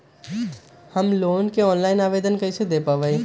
Home loan के online आवेदन कैसे दें पवई?